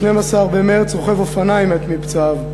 ב-12 במרס רוכב אופניים מת מפצעיו,